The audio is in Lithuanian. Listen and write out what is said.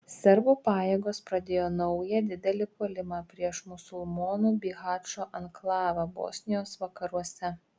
serbų pajėgos pradėjo naują didelį puolimą prieš musulmonų bihačo anklavą bosnijos vakaruose